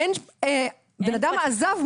בן אדם עזב,